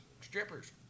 Strippers